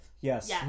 Yes